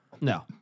No